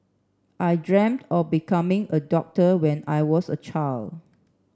I dreamt of becoming a doctor when I was a child